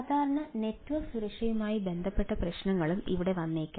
സാധാരണ നെറ്റ്വർക്ക് സുരക്ഷയുമായി ബന്ധപ്പെട്ട പ്രശ്നങ്ങളും ഇവിടെ വന്നേക്കാം